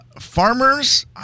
Farmers